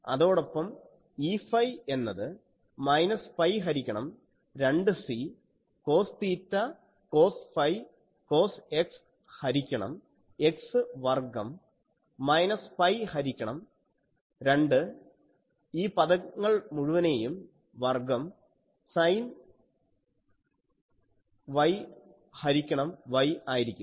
അതോടൊപ്പം Eφ എന്നത് minus pi ഹരിക്കണം 2 C cos theta cos phi cos X ഹരിക്കണം X വർഗ്ഗം മൈനസ് പൈ ഹരിക്കണം 2 ഈ പദങ്ങൾ മുഴുവനെയും വർഗ്ഗം സൈൻ Yഹരിക്കണം Y ആയിരിക്കും